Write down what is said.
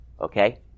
Okay